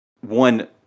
one